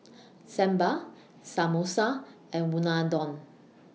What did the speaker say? Sambar Samosa and Unadon